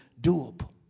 doable